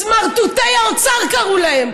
"סמרטוטי האוצר" קראו להם,